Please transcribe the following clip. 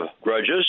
grudges